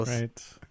Right